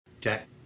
Jack